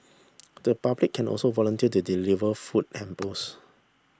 the public can also volunteer to deliver food hampers